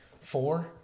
four